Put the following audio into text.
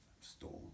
stolen